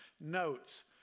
notes